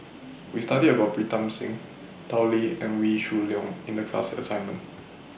We studied about Pritam Singh Tao Li and Wee Shoo Leong in The class assignment